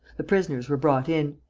the prisoners were brought in.